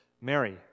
Mary